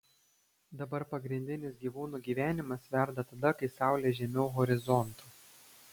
dabar pagrindinis gyvūnų gyvenimas verda tada kai saulė žemiau horizonto